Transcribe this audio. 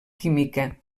química